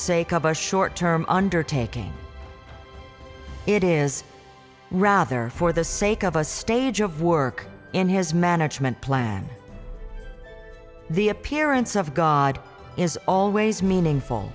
a short term undertaking it is rather for the sake of a stage of work in his management plan the appearance of god is always meaningful